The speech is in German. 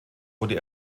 wurde